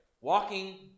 Walking